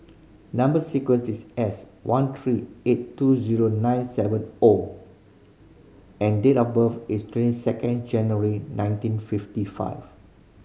number sequence is S one three eight two zero nine seven O and date of birth is twenty second January nineteen fifty five